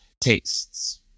tastes